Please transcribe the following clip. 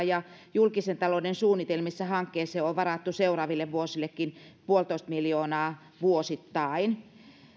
ja julkisen talouden suunnitelmissa hankkeeseen on on varattu seuraaville vuosillekin puolitoista miljoonaa vuosittain